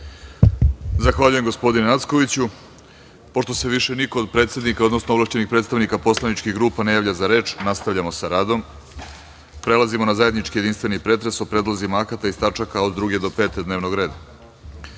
Zahvaljujem. Pošto se više niko od predsednika odnosno ovlašćenih predstavnika poslaničkih grupa ne javlja za reč, nastavljamo sa radom. Prelazimo na zajednički jedinstveni pretres o predlozima akata iz tač. od 2. do 5. dnevnog